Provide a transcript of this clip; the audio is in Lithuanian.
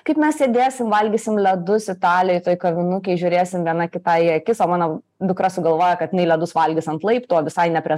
kaip mes sėdėsim valgysim ledus italijoj toj kavinukėj žiūrėsim viena kitai į akis o mano dukra sugalvojo kad jinai ledus valgius ant laiptų o visai ne prie